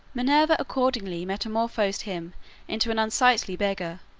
minerva accordingly metamorphosed him into an unsightly beggar,